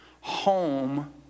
home